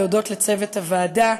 להודות לצוות הוועדה,